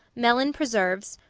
melon preserves,